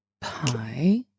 Pie